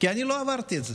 כי אני לא עברתי את זה.